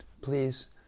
please